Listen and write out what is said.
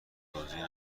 توضیح